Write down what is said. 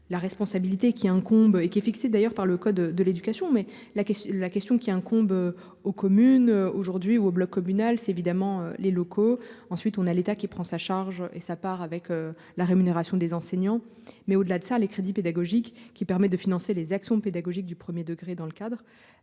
La responsabilité qui incombe et qui est fixé d'ailleurs par le code de l'éducation, mais la question, la question qui incombe aux communes aujourd'hui ou au bloc communal, c'est évidemment les locaux. Ensuite, on a l'État qui prend sa charge et ça part avec la rémunération des enseignants. Mais au-delà de ça, les crédits pédagogiques qui permet de financer les actions pédagogiques du 1er degré dans le cadre.